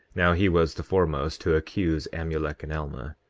now he was the foremost to accuse amulek and alma,